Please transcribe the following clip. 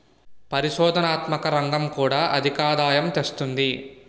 పరిశోధనాత్మక రంగం కూడా అధికాదాయం తెస్తుంది